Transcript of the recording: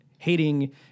hating